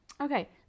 Okay